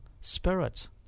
spirit